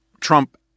Trump